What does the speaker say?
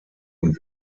und